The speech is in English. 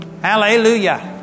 Hallelujah